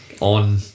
on